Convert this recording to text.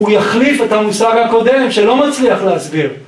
הוא יחליף את המושג הקודם שלא מצליח להסביר